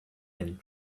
and